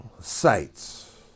Sites